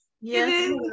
Yes